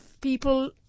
people